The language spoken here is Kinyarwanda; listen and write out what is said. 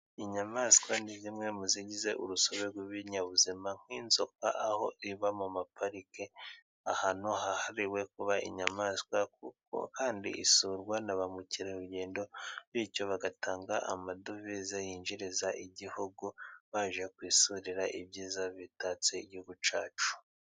Inyamaswa ni zimwe mu zigize urusobe rw'ibinyabuzima, nk'inzoka aho iba mu maparike, ahantu hahariwe kuba inyamaswa, kuko kandi isurwa na ba Mukerarugendo, bityo bagatanga amadovize yinjiriza igihugu, baje kwisurira ibyiza bitatse igihugu cyacu.